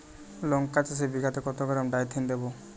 লঙ্কা চাষে বিঘাতে কত গ্রাম ডাইথেন দেবো?